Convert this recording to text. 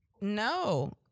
No